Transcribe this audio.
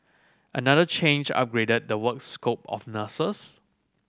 another change upgraded the work scope of nurses